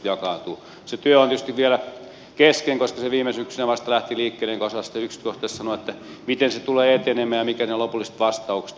se työ on tietysti vielä kesken koska se viime syksynä vasta lähti liikkeelle enkä osaa sitä yksityiskohtaisesti sanoa miten se tulee etenemään ja mitkä ne lopulliset vastaukset ovat